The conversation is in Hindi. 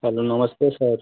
हेलो नमस्ते सर